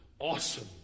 awesome